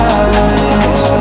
eyes